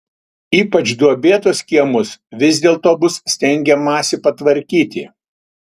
ypač duobėtus kiemus vis dėlto bus stengiamasi patvarkyti